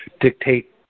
dictate